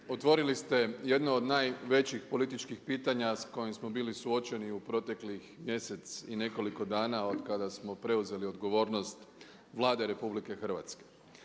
Otvorili ste jedno od najvećih političkih pitanja s kojim smo bili suočeni u proteklih mjesec i nekoliko dana od kada smo preuzeli odgovornost Vlade RH.